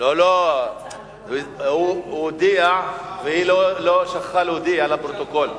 הוא הודיע, והיא שכחה להודיע לפרוטוקול.